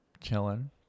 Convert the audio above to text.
chilling